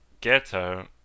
Ghetto